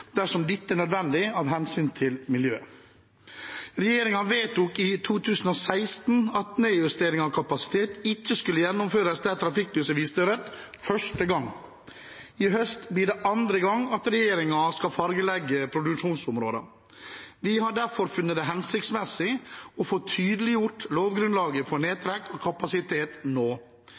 dersom dette er nødvendig av hensyn til miljøet. Regjeringen vedtok i 2016 at nedjustering av kapasitet ikke skulle gjennomføres der trafikklyset viste rødt første gang. I høst blir det andre gang regjeringen skal fargelegge produksjonsområdene. Vi har derfor funnet det hensiktsmessig å få tydeliggjort lovgrunnlaget for nedtrekk og kapasitet nå.